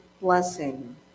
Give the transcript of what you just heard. blessing